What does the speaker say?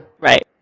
Right